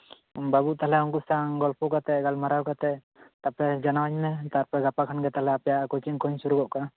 ᱵᱟᱹᱵᱩ ᱛᱟᱦᱚᱞᱮ ᱩᱱᱠᱩᱥᱟᱶ ᱜᱚᱞᱯᱚ ᱠᱟᱛᱮ ᱜᱟᱞᱢᱟᱨᱟᱣ ᱠᱟᱛᱮ ᱛᱟᱨᱯᱨᱮ ᱡᱟᱱᱟᱣᱟᱧ ᱢᱮ ᱛᱟᱨᱯᱚᱨᱮ ᱜᱟᱯᱟ ᱠᱷᱟᱱ ᱜᱮ ᱛᱟᱦᱚᱞᱮ ᱟᱯᱮᱭᱟᱜ ᱠᱚᱪᱤᱝ ᱠᱚᱧ ᱥᱩᱨᱩ ᱜᱚᱫ ᱠᱟᱜ ᱟ